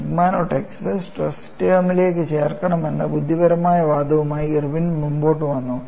sigma naught x stress ടേമിലേക്ക് ചേർക്കണമെന്ന ബുദ്ധിപരമായ വാദവുമായി ഇർവിൻ മുന്നോട്ട് വന്നു